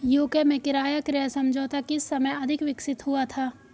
UK में किराया क्रय समझौता किस समय अधिक विकसित हुआ था?